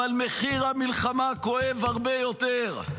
אבל מחיר המלחמה כואב הרבה יותר".